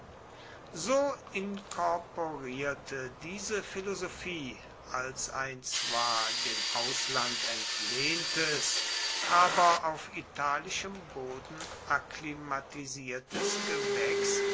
so inkorporierte diese philosophie als ein zwar dem ausland entlehntes aber auf italischem boden akklimatisiertes gewächs